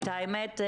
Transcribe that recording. את האמת,